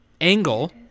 angle